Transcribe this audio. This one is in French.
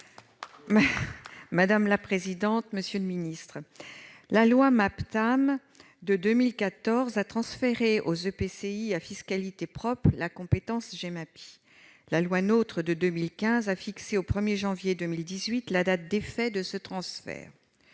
Madame la présidente, monsieur le ministre, mes chers collègues, la loi Maptam de 2014 a transféré aux EPCI à fiscalité propre la compétence Gemapi. La loi NOTRe de 2015 a fixé au 1 janvier 2018 la date d'effet de ce transfert.